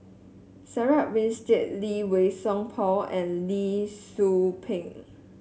Sarah Winstedt Lee Wei Song Paul and Lee Tzu Pheng